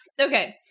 Okay